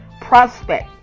prospect